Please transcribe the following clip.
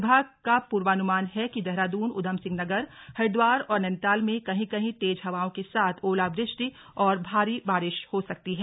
विभाग के पूर्वानुमान है कि देहरादून उधमसिंह नगर हरिद्वार और नैनीताल में कहीं कहीं तेज हवाओं के साथ ओलावृष्टि और भारी बारिश हो सकती है